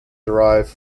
derived